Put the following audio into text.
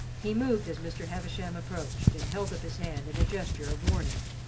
he moved as mr. havisham approached, and held up his hand in a gesture of warning,